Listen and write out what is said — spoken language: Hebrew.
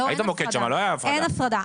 לא, אין הפרדה.